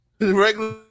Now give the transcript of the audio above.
regular